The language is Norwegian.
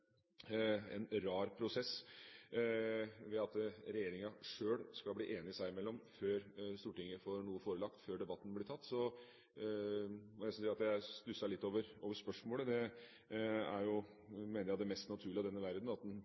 en rar prosess, at regjeringa skal bli enig seg imellom før Stortinget får seg noe forelagt, før debatten blir tatt, må jeg si at jeg stusset litt over spørsmålet. Jeg mener at det er det mest naturlige i denne verden at en